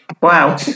wow